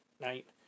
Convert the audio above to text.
night